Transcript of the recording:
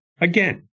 again